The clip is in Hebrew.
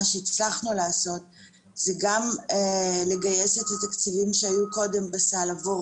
מה שהצלחנו לעשות זה גם לגייס את התקציבים שהיו קודם בסל עבור